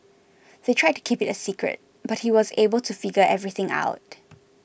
they tried to keep it a secret but he was able to figure everything out